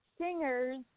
singers